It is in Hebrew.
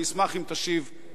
אני אשמח אם תשיב,